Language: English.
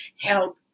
help